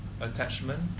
attachment